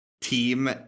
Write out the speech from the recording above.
team